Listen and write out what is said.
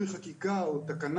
צריך לגלות גם רגישות.